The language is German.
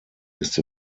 ist